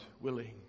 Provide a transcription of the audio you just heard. willing